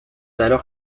alors